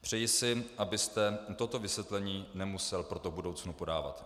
Přeji si, abyste toto vysvětlení nemusel proto v budoucnu podávat.